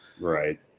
right